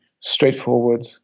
straightforward